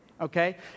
okay